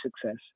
success